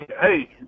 Hey